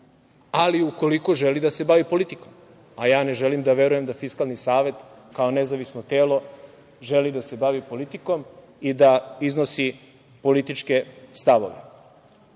ali ukoliko želi da se bavi politikom, a ja ne želim da verujem da Fiskalni savet kao nezavisno telo želi da se bavi politikom i da iznosi političke stavove. Maločas